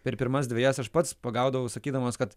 per pirmas dvejas aš pats pagaudavau sakydamas kad